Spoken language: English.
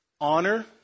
honor